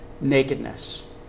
nakedness